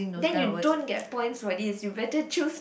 then you don't get points for this you better choose